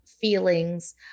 feelings